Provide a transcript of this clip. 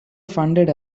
funded